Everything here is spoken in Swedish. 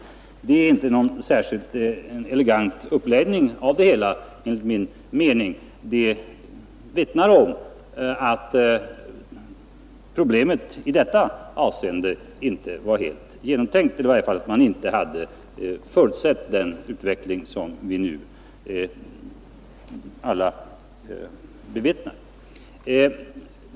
Det är enligt min mening inte någon särskilt elegant uppläggning. Det vittnar om att problemet i detta avseende inte är helt genomtänkt eller i varje fall att man inte hade förutsett den utveckling som vi nu alla bevittnar.